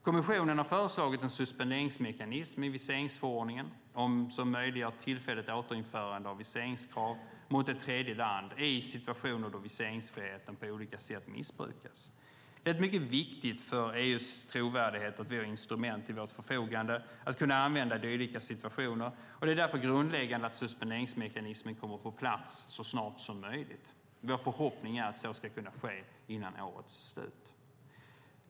Kommissionen har föreslagit en suspenderingsmekanism i viseringsförordningen som möjliggör tillfälligt återinförande av viseringskrav mot ett tredje land i situationer då viseringsfriheten på olika sätt missbrukas. Det är mycket viktigt för EU:s trovärdighet att vi har instrument till vårt förfogande att använda i dylika situationer, och det är därför grundläggande att suspenderingsmekanismen kommer på plats så snart som möjligt. Vår förhoppning är att så ska kunna ske innan årets slut.